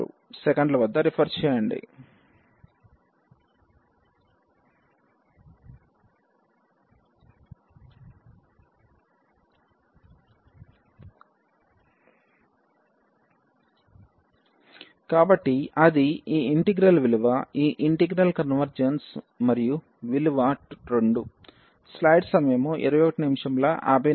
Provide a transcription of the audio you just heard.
22 2 కాబట్టి అది ఈ ఇంటిగ్రల్ విలువ ఈ ఇంటిగ్రల్ కన్వర్జెన్స్ మరియు విలువ 2